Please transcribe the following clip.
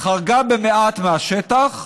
חרגה במעט מהשטח,